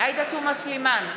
עאידה תומא סלימאן,